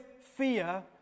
fear